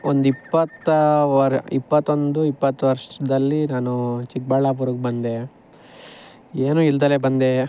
ಒಂದಿಪ್ಪತ್ತು ವರ ಇಪ್ಪತ್ತೊಂದು ಇಪ್ಪತ್ತು ವರ್ಷದಲ್ಲಿ ನಾನು ಚಿಕ್ಕಬಳ್ಳಾಪುರಕ್ ಬಂದೆ ಏನು ಇಲ್ದಲೇ ಬಂದೆ